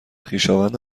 خویشاوند